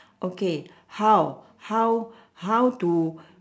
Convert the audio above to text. okay how how how to